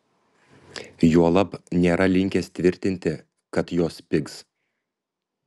juolab nėra linkęs tvirtinti kad jos pigs